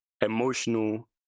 emotional